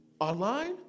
online